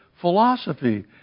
philosophy